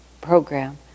program